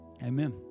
Amen